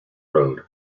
road